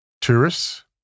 tourists